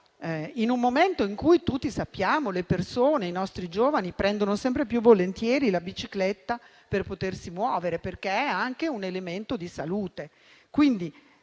in un momento in cui tutti sappiamo che le persone, i nostri giovani prendono sempre più volentieri la bicicletta per potersi muovere, perché è anche un elemento di salute.